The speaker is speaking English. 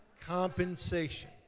compensation